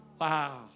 wow